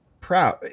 proud